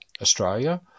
Australia